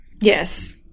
Yes